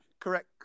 correct